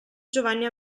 giovanni